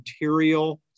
material